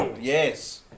Yes